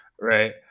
right